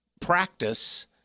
practice